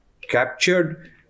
captured